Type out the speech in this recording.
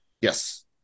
Yes